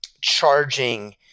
charging